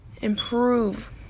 improve